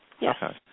yes